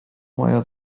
moja